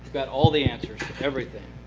but all the answers to everything.